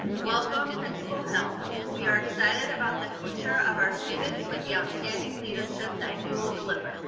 welcome principal hill. we are excited about the future of our students with the outstanding leadership that you will deliver